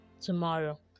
tomorrow